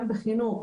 גם בחינוך,